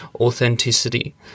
authenticity